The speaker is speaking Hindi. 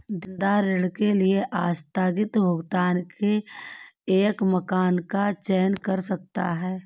देनदार ऋण के आस्थगित भुगतान के एक मानक का चयन कर सकता है